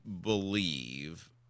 believe